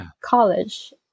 college